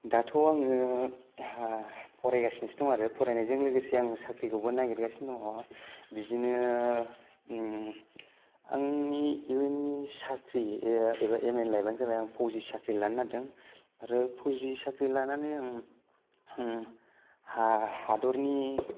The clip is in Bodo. दाथ' आङो फरायगासिनोसो दङ आरो फरायनायजों लोगोसे आङो साख्रिखौबो नागेरगासिनो दङ बिदिनो आंनि इयुननि साख्रि एबा एम इन लाइफआनो जाबाय फौजि आं फौजि साख्रि लानो नागेरदों आरो फौजि साख्रि लानानै आं हादरनि